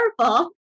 powerful